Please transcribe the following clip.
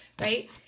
right